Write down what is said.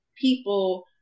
people